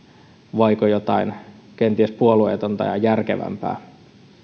vaiko jotain kenties puolueetonta ja järkevämpää